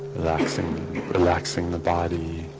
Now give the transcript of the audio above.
relaxing relaxing the body